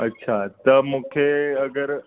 अच्छा त मूंखे अगरि